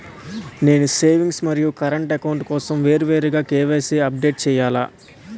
నేను సేవింగ్స్ మరియు current account కోసం వేరువేరుగా కే.వై.సీ అప్డేట్ చేయాలా?